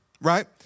right